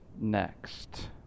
next